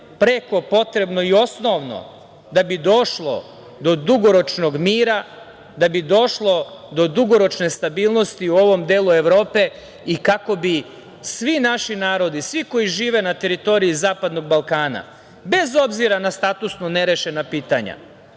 preko potrebno i osnovno da bi došlo do dugoročnog mira, da bi došlo do dugoročne stabilnosti u ovom delu Evrope i kako bi svi naši narodi, svi koji žive na teritoriji Zapadnog Balkana, bez obzira na statusno nerešena pitanja